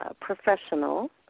professional